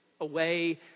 away